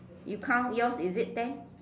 you count yours is it ten